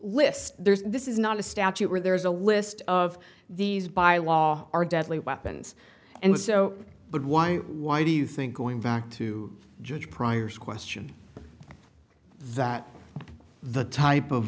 list there's this is not a statute where there is a list of these by law are deadly weapons and so but why why do you think going back to judge priors question that the type of